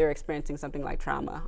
they're experiencing something like trauma